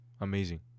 Amazing